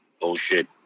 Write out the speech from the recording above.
bullshit